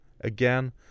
Again